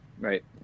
Right